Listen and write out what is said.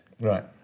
Right